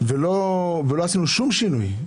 ולא עשינו שום שינוי,